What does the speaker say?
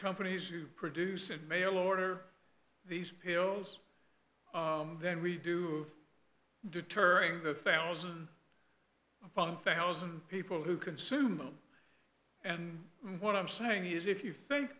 companies who produce and mail order these pills then we do deterring the thousand upon thousand people who consume them and what i'm saying is if you think